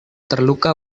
terluka